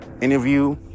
interview